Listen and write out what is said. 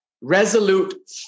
resolute